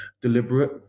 deliberate